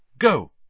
Go